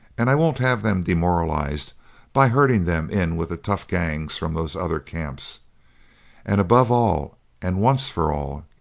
and i won't have them demoralized by herding them in with the tough gangs from those other camps and above all and once for all,